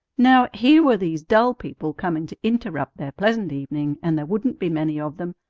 now, here were these dull people coming to interrupt their pleasant evening, and there wouldn't be many of them,